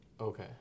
Okay